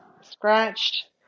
scratched